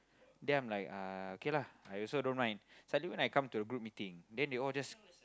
then I'm like uh okay lah I also don't mind suddenly when I come to the group meeting then they all just